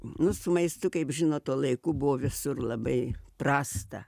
nu su maistu kaip žinot tuo laiku buvo visur labai prasta